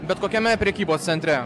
bet kokiame prekybos centre